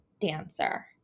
dancer